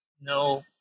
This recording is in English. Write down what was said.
no